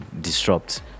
disrupt